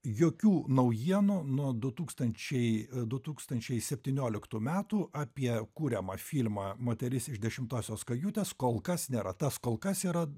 jokių naujienų nuo du tūkstančiai du tūkstančiai septynioliktų metų apie kuriamą filmą moteris iš dešimtosios kajutės kol kas nėra tas kol kas yra